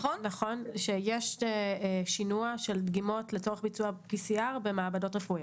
יש שינוע של דגימות לצורך ביצועPCR במעבדות רפואיות.